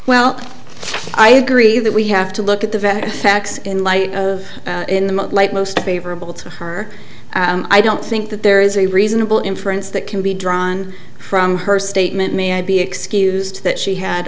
well i agree that we have to look at the very facts in light of in the light most favorable to her i don't think that there is a reasonable inference that can be drawn from her statement may i be excused that she had